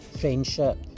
friendship